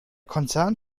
konzern